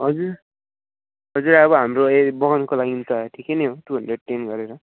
हजुर हजुर अब हाम्रो यही बगानको लागि त ठिकै नै हो टु हन्ड्रेड टेन गरेर